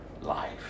life